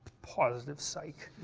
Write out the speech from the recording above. positive psyche.